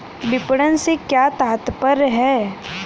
विपणन से क्या तात्पर्य है?